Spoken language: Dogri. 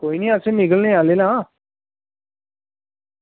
कोई गल्ल निं अस निकलने आह्ले आं